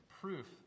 proof